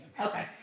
Okay